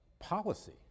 Policy